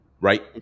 right